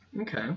Okay